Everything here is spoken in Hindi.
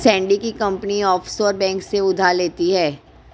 सैंडी की कंपनी ऑफशोर बैंक से उधार लेती है